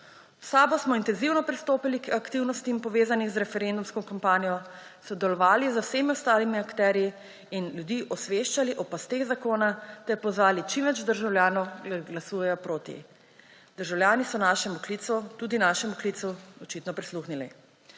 V SAB smo intenzivno pristopili k aktivnostim, povezanih z referendumsko kampanjo, sodelovali z vsemi ostalimi akterji in ljudi osveščali o pasteh zakona ter pozvali čim več državljanov, naj glasujejo proti. Državljani so našemu klicu, tudi našemu klicu, očitno prisluhnili.